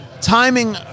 Timing